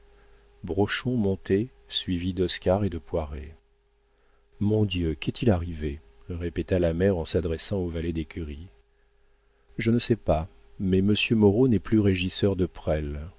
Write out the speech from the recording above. montait suivi d'oscar et de poiret mon dieu qu'est-il arrivé répéta la mère en s'adressant au valet d'écurie je ne sais pas mais monsieur moreau n'est plus régisseur de presles